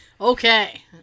Okay